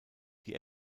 die